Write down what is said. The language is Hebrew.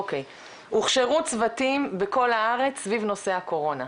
אוקי, הוכשרו צוותים בכל הארץ סביב נושא הקורונה,